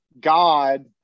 God